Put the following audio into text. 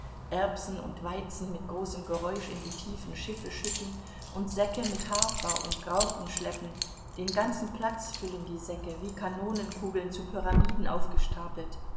erbsen und weizen mit großem geräusch in die tiefen schiffe schütten und säcke mit hafer und graupen schleppen den ganzen platz füllen die säcke wie kanonenkugeln zu pyramiden aufgestapelt